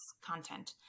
content